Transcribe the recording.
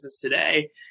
today